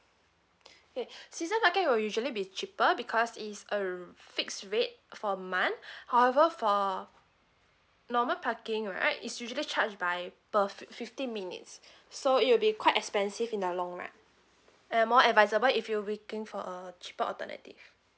okay season parking will usually be cheaper because is a fixed rate for a month however for normal parking right is usually charged by per fifteen minutes so it will be quite expensive in the long run and more advisable if you waiting for a cheaper alternative